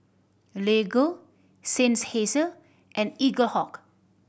Lego Seinheiser and Eaglehawk